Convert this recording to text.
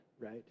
Right